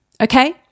Okay